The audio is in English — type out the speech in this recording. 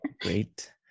great